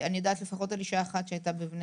אני יודעת לפחות על אישה אחת שהייתה בבני